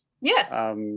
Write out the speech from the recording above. Yes